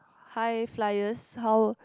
high flyers how